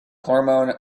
hormone